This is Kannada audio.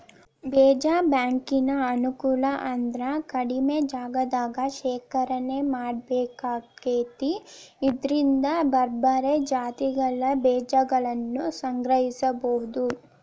ಬೇಜ ಬ್ಯಾಂಕಿನ ಅನುಕೂಲ ಅಂದ್ರ ಕಡಿಮಿ ಜಗದಾಗ ಶೇಖರಣೆ ಮಾಡ್ಬೇಕಾಕೇತಿ ಇದ್ರಿಂದ ಬ್ಯಾರ್ಬ್ಯಾರೇ ಜಾತಿಗಳ ಬೇಜಗಳನ್ನುಸಂಗ್ರಹಿಸಬೋದು